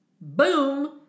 Boom